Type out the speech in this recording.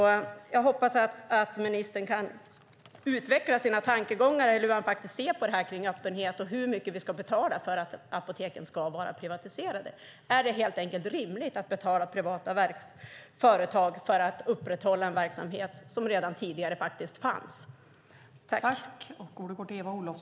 Jag hoppas att ministern kan utveckla sina tankegångar, hur han ser på detta med öppenhet och på hur mycket vi ska betala för att apoteken ska vara privatiserade. Är det rimligt att betala privata företag för att upprätthålla en verksamhet som tidigare fanns?